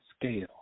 scale